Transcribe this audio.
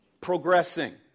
Progressing